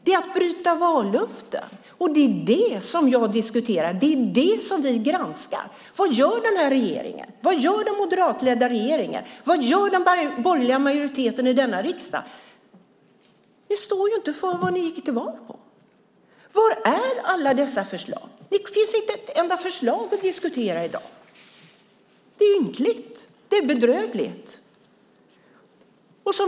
Det är att bryta vallöften, och det är det som jag diskuterar. Det är det som vi granskar. Vad gör den här regeringen? Vad gör den moderatledda regeringen? Vad gör den borgerliga majoriteten i denna riksdag? Ni står inte för det ni gick till val på. Var är alla dessa förslag? Det finns inte ett enda förslag att diskutera i dag. Det är ynkligt. Det är bedrövligt.